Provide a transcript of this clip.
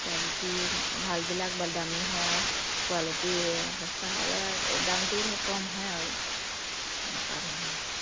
quality ভালবিলাক দামী হয় আৰু কোৱালিটী সস্তা হ'লে দামটোও ধৰক কম হয় আৰু এনেকুৱা ধৰণৰ